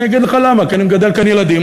אני אגיד לך למה: כי אני מגדל כאן ילדים,